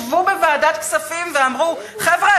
ישבו בוועדת כספים ואמרו: חבר'ה,